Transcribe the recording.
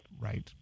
Right